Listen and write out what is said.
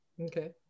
Okay